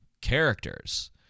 characters